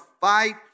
fight